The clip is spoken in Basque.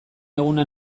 eguna